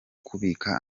kubika